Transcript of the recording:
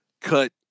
cut